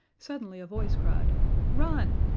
suddenly a voice cried run!